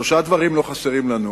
שלושה דברים לא חסרים לנו: